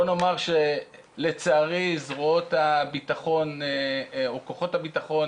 לצערי זרועות הביטחון או כוחות הביטחון